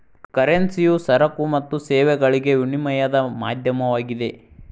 ಕರೆನ್ಸಿಯು ಸರಕು ಮತ್ತು ಸೇವೆಗಳಿಗೆ ವಿನಿಮಯದ ಮಾಧ್ಯಮವಾಗಿದೆ